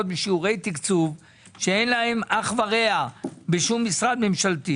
בשיעורי תקצוב שאין להם אח ורע בשום משרד ממשלתי.